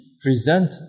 present